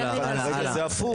אבל זה הפוך.